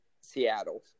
Seattle